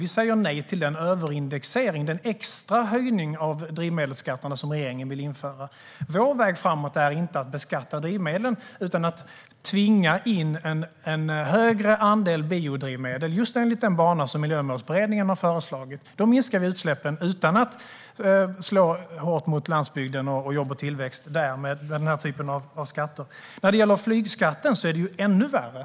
Vi säger nej till den överindexering, den extra höjning, av drivmedelsskatterna som regeringen vill införa. Vår väg framåt är inte att beskatta drivmedlen utan den är att tvinga in en högre andel biodrivmedel enligt den bana som Miljömålsberedningen har föreslagit. Med den här typen av skatter minskar man utsläppen utan att det slår hårt mot landsbygden, jobb och tillväxt. När det gäller flygskatten är det ännu värre.